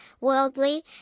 worldly